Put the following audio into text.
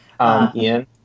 Ian